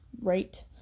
right